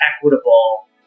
equitable